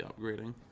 upgrading